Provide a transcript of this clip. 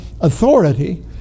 authority